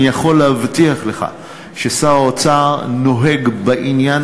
אני יכול להבטיח לך ששר האוצר נוהג בעניין